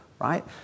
right